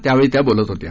त्यावेळी त्या बोलत होत्या